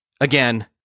again